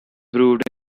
brewed